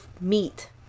meat